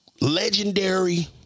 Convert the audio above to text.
legendary